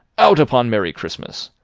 out upon merry christmas!